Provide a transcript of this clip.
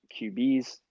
QBs